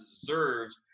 deserves